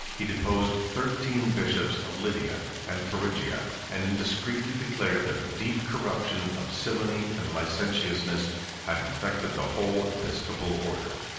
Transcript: he deposed thirteen bishops of lydia and phrygia and indiscreetly declared that a deep corruption of simony and licentiousness had infected the whole episcopal order.